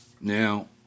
Now